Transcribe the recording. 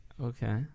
Okay